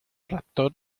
raptor